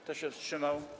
Kto się wstrzymał?